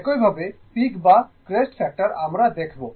একইভাবে পিক বা crest factor আমরা দেখবো